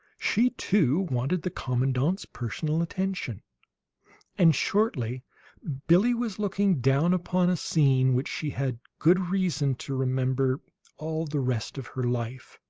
she, too, wanted the commandant's personal attention and shortly billie was looking down upon a scene which she had good reason to remember all the rest of her life.